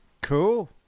Cool